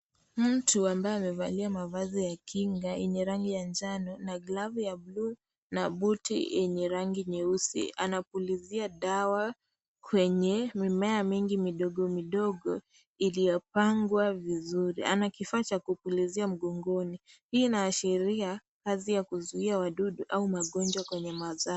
Mtu ambaye amevalia mavazi ya kinga yenye rangi ya njano na glavu ya bluu na buti yenye rangi nyeusi, anapuliza dawa kwenye mimea mingi midogo midogo iliyopangwa vizuri. Ana kifaa cha kupulizia mkongoni . Hii inaashiria kazi ya kuzuia wadudu au magonjwa kwenye mazao.